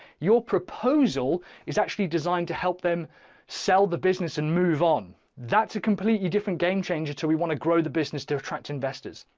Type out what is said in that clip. your proposal is actually designed to help them sell the business and move on. that's a completely different game changer. so we want to grow the business to attract investors.